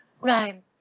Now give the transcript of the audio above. right